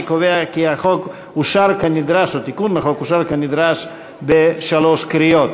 אני קובע כי התיקון לחוק אושר כנדרש בשלוש קריאות.